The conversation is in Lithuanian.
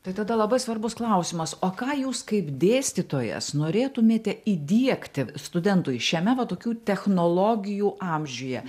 tai tada labai svarbus klausimas o ką jūs kaip dėstytojas norėtumėte įdiegti studentui šiame va tokių technologijų amžiuje